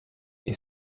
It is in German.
ihr